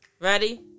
Ready